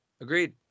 agreed